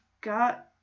got